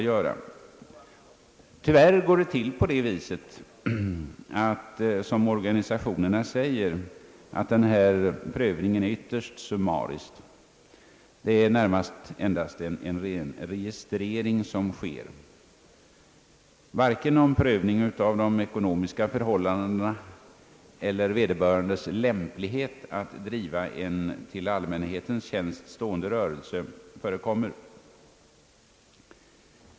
Tyvärr går det till på det sätt som organisationerna säger, att denna prövning är ytterst summarisk. Det är närmast endast en registrering som sker. Varken en prövning av de ekonomiska förhållandena eller en prövning av vederbörandes lämplighet att driva en till allmänhetens tjänst stående rörelse förekommer.